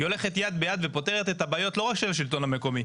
הולכת יד ביד ופותרת את הבעיות לא רק של השלטון המקומי.